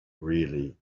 really